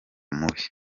mubi